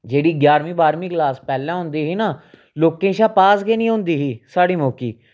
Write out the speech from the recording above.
जेह्ड़ी ञारमीं बाह्रमीं क्लास पैह्ले होंदी ही न लोकें शा पास गै नी होंदी ही साढ़ी मौकै